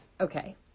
okay